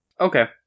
Okay